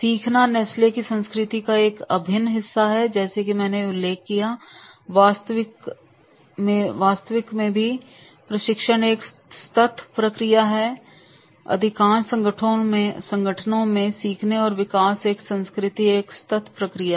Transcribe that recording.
सीखना नेस्ले की संस्कृति का एक अभिन्न हिस्सा है जैसा कि मैंने उल्लेख किया है कि वास्तविक में भी प्रशिक्षण एक सतत प्रक्रिया है अधिकांश संगठनों में सीखने और विकास एक संस्कृति है यह एक सतत प्रक्रिया है